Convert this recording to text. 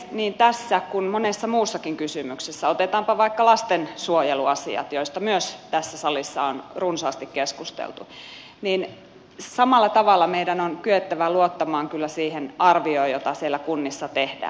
niin tässä kuin monessa muussakin kysymyksessä otetaanpa vaikka lastensuojeluasiat joista tässä salissa on myös runsaasti keskusteltu samalla tavalla meidän on kyettävä luottamaan kyllä siihen arvioon jota siellä kunnissa tehdään